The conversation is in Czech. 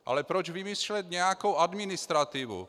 Ale proč vymýšlet nějakou administrativu?